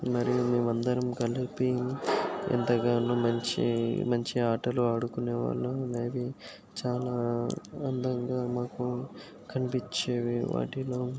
మరియు మేము అందరం కలిసి ఎంతగానో మంచి మంచి ఆటలు ఆడుకునే వాళ్ళం అవి చాలా అందంగా మాకు కనిపించేవి వాటిలో